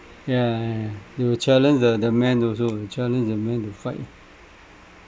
ya they will challenge the the man also challenge the man to fight